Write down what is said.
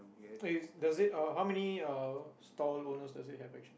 it's does it uh how many uh stall owners does it have actually